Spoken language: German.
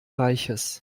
reiches